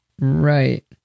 Right